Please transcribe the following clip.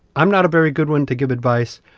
i'm not a very good one to give advice,